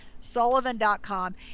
Sullivan.com